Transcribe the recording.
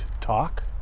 talk